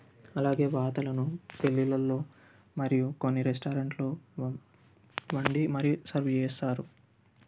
అలాగే వాతలను పెళ్ళిళ్ళలో మరియు కొన్ని రెస్టారెంట్లో వ వండి మరీ సర్వ్ చేస్తారు